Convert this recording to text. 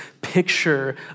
picture